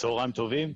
צוהריים טובים,